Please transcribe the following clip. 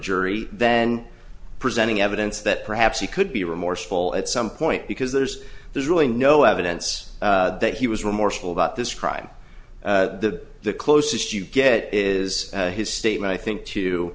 jury than presenting evidence that perhaps he could be remorseful at some point because there's there's really no evidence that he was remorseful about this crime the closest you get is his statement i think to